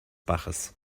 baches